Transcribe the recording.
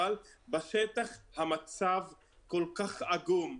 אבל בשטח המצב כל כך עגום.